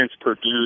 produced